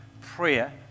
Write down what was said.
Prayer